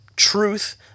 truth